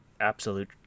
absolute